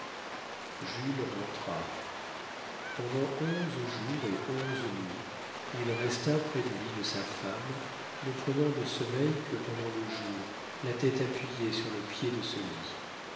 jules rentra pendant onze jours et onze nuits il resta près du lit de sa femme ne prenant de sommeil que pendant le jour la tête appuyée sur le pied de ce lit